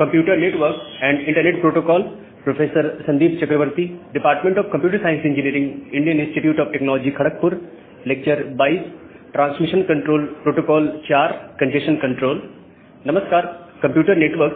computer network